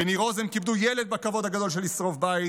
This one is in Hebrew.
בניר עוז הם כיבדו ילד בכבוד הגדול של לשרוף בית,